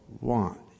want